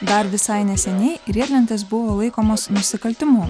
dar visai neseniai riedlentės buvo laikomos nusikaltimu